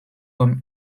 alors